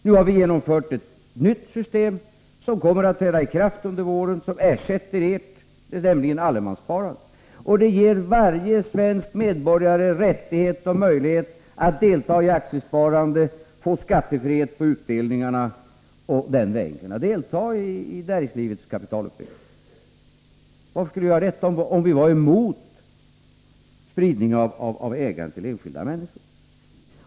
Nu har vi genomfört ett nytt system som kommer att träda i kraft under våren och som ersätter ert, nämligen allemanssparandet. Det ger varje svensk medborgare rättighet och möjlighet att delta i aktiesparande, att få skattefrihet på utdelningarna och den vägen delta i näringslivets kapitaluppbyggnad. Varför skulle vi göra det om vi var emot en spridning av ägandet till enskilda människor?